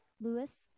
Lewis